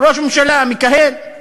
ראש ממשלה מכהן.